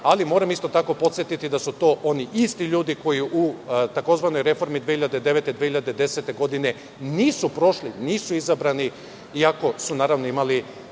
Ali, moram isto tako podsetiti da su to oni isti ljudi koji u tzv. reformi 2009-2010. godine nisu prošli, nisu izabrani, iako su imali